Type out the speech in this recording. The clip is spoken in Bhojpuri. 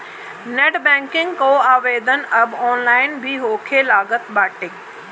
नेट बैंकिंग कअ आवेदन अब ऑनलाइन भी होखे लागल बाटे